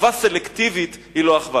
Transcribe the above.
אחווה סלקטיבית היא לא אחווה.